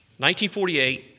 1948